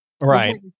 right